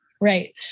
Right